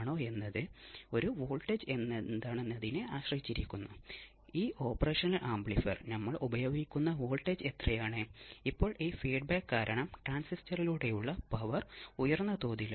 output voltage input വോൾട്ടേജിനേക്കാൾ angle phi മുന്നിലാണ്